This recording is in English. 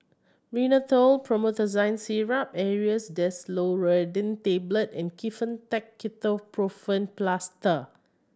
Rhinathiol Promethazine Syrup Aerius DesloratadineTablet and Kefentech Ketoprofen Plaster